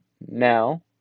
Now